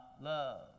love